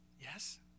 Yes